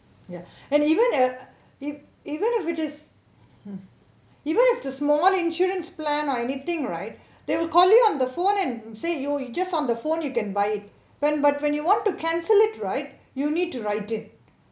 ya and even uh ev~ even if it is even if the small insurance plan or anything right they will call you on the phone and say yo you just on the phone you can buy it when but when you want to cancel it right you need to write it